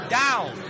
down